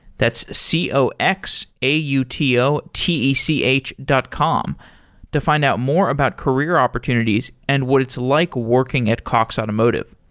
that's c o x a u t o t e c h dot com to find out more about career opportunities and what it's like working at cox automotive.